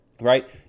right